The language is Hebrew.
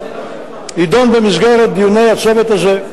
תידון במסגרת דיוני הצוות הזה,